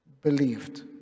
believed